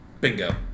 Bingo